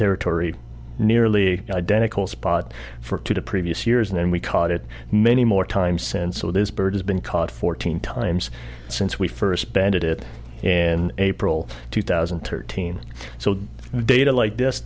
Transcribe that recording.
territory nearly identical spot for the previous years and we caught it many more times since so this bird has been caught fourteen times since we first banded it in april two thousand and thirteen so data like this